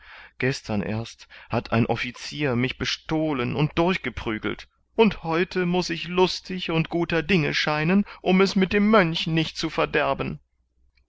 gestern erst hat ein officier mich bestohlen und durchgeprügelt und heute muß ich lustig und guter dinge scheinen um es mit dem mönch nicht zu verderben